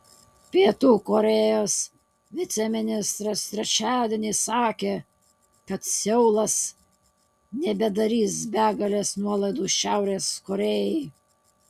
pietų korėjos viceministras trečiadienį sakė kad seulas nebedarys begalės nuolaidų šiaurės korėjai